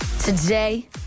today